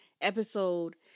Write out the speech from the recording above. episode